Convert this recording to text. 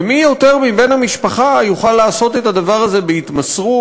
ומי יותר מבן-המשפחה יוכל לעשות את הדבר הזה בהתמסרות,